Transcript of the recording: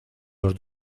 los